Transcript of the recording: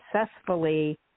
successfully